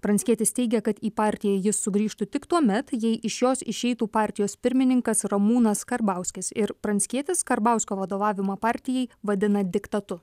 pranckietis teigia kad į partiją jis sugrįžtų tik tuomet jei iš jos išeitų partijos pirmininkas ramūnas karbauskis ir pranckietis karbauskio vadovavimą partijai vadina diktatu